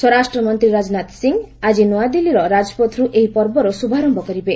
ସ୍ୱରାଷ୍ଟ୍ରମନ୍ତ୍ରୀ ରାଜନାଥ ସିଂ ଆଜି ନୂଆଦିଲ୍ଲୀର ରାଜପଥରୁ ଏହି ପର୍ବର ଶୁଭାରମ୍ଭ କରିବେ